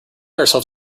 ourselves